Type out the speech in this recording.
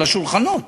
על השולחנות.